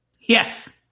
Yes